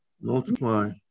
multiply